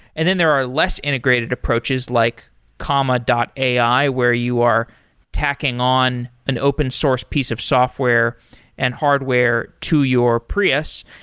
and then there are less integrated approaches like comma ai, where you are tacking on an open source piece of software and hardware to your prius.